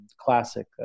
Classic